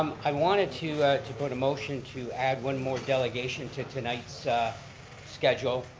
um i wanted to to put a motion to add one more delegation to tonight's schedule.